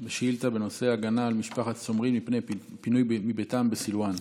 בשאילתה בנושא: הגנה על משפחת סומרין מפני פינוי מביתם בסילוואן.